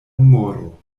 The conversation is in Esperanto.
humoro